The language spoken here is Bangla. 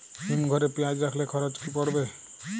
হিম ঘরে পেঁয়াজ রাখলে খরচ কি পড়বে?